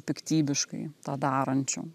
piktybiškai tą darančių